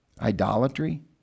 idolatry